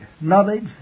knowledge